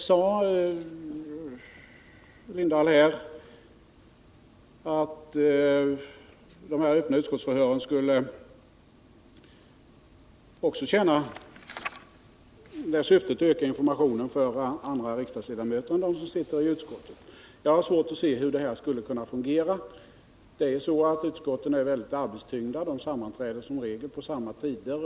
Torkel Lindahl sade att de öppna utskottsförhören också skulle tjäna syftet att öka informationen för andra riksdagsledamöter än dem som sitter i ifrågavarande utskott. Jag har svårt att se hur det skulle kunna fungera. Utskotten är ju väldigt arbetstyngda, och de sammanträder som regel på samma tider.